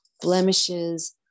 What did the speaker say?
blemishes